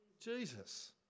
Jesus